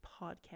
podcast